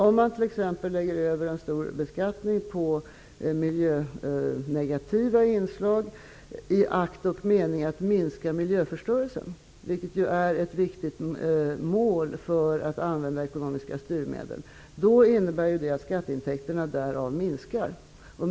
Om man t.ex. lägger över en stor beskattning på miljönegativa inslag i akt och mening att minska miljöförstörelsen, vilket är ett viktigt mål då man använder ekonomiska styrmedel, innebär det att skatteintäkterna där minskar.